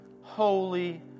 holy